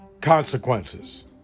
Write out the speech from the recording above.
consequences